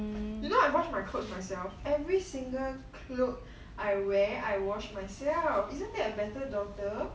you know I wash my clothe myself every single cloth I wear I wash myself isn't that a better daughter